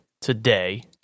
today